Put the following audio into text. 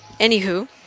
Anywho